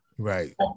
Right